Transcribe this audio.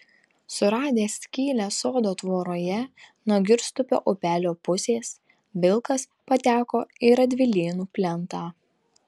suradęs skylę sodo tvoroje nuo girstupio upelio pusės vilkas pateko į radvilėnų plentą